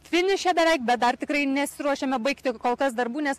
finiše beveik bet dar tikrai nesiruošiame baigti kol kas darbų nes